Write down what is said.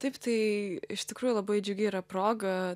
taip tai iš tikrųjų labai džiugi yra proga